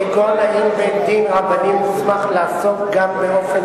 כגון האם בית-דין רבני מוסמך לעסוק גם באופן